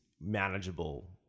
manageable